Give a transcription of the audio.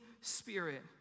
Spirit